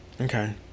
Okay